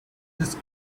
this